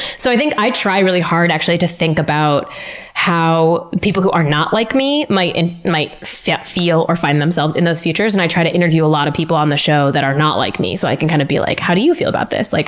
so i think i try really hard, actually, to think about how people who are not like me might feel feel or find themselves in those futures. and i try to interview a lot of people on the show that are not like me, so i can kind of be like, how do you feel about this? like